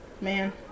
Man